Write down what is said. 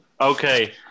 Okay